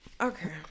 Okay